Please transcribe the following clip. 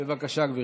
בבקשה, גברתי.